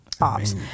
ops